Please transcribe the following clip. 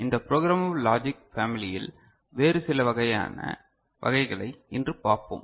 இந்த programmable logic பேமிலியில் வேறு சில வகைகளை இன்று பார்ப்போம்